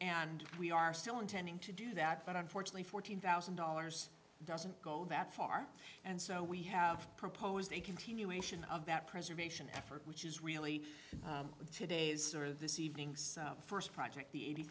and we are still intending to do that but unfortunately fourteen thousand dollars doesn't go that far and so we have proposed a continuation of that preservation effort which is really today's sort of this evening's first project the eighty